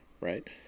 Right